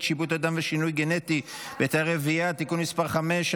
(שיבוט אדם ושינוי גנטי בתאי רבייה) (תיקון מס' 5),